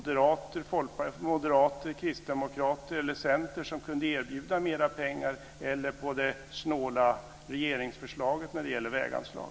Var det på Moderaterna, Kristdemokraterna eller Centern, som kunde erbjuda mer pengar, eller var det på det snåla regeringsförslaget när det gäller väganslag?